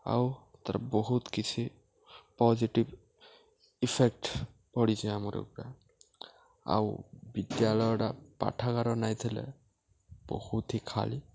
ଆଉ ତାର୍ ବହୁତ୍ କିଛି ପଜିଟିଭ୍ ଇଫେକ୍ଟ୍ ପଡ଼ିଛେ ଆମର୍ ଉପ୍ରେ ଆଉ ବିଦ୍ୟାଳୟଟା ପାଠାଗାର ନାଇଥିଲେ ବହୁତ୍ ହି ଖାଲି